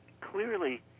clearly